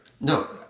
No